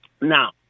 Now